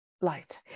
light